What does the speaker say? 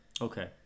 Okay